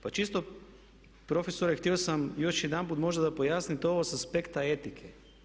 Pa čisto profesore htio sam još jedanput možda pojasniti ovo sa aspekta etike.